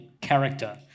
character